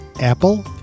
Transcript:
Apple